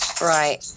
Right